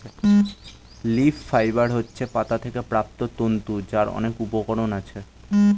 leaf fibre হচ্ছে পাতা থেকে প্রাপ্ত তন্তু যার অনেক উপকরণ আছে